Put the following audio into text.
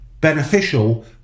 beneficial